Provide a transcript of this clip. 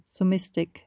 somistic